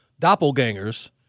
doppelgangers